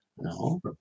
No